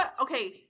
okay